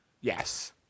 yes